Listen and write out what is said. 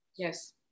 Yes